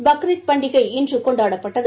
பக்ரித் பண்டிகை இன்று கொண்டாடப்பட்டது